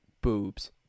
boobs